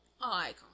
Icon